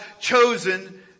chosen